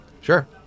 Sure